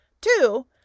two